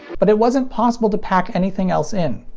but it wasn't possible to pack anything else in.